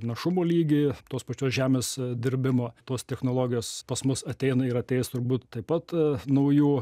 našumo lygį tos pačios žemės dirbimo tos technologijos pas mus ateina ir ateis turbūt taip pat naujų